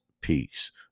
peace